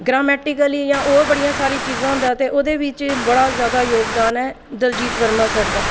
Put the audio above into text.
grammatically जां होर बड़ियां सारियां चीजां होंदियां जां कुसै बी बड़ा जादा योगदान ऐ दलजीत वर्मा सर दा